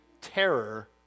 terror